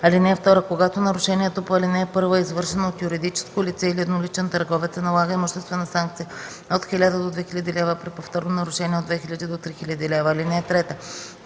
лв. (2) Когато нарушението по ал. 1 е извършено от юридическо лице или едноличен търговец, се налага имуществена санкция от 1000 до 2000 лв., а при повторно нарушение – от 2000 до 3000 лв. (3)